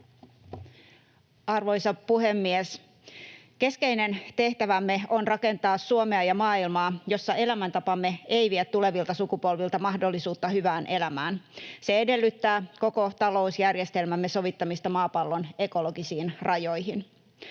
Arvoisa puhemies! Keskeinen tehtävämme on rakentaa Suomea ja maailmaa, jossa elämäntapamme ei vie tulevilta sukupolvilta mahdollisuutta hyvään elämään. Se edellyttää koko talousjärjestelmämme sovittamista maapallon ekologisiin rajoihin.